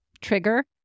trigger